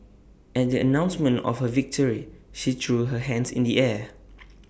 at the announcement of her victory she threw her hands in the air